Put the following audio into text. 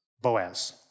Boaz